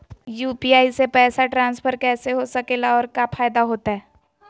UPI से पैसा transfer कैसे हो सके ला और का फायदा होएत?